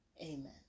amen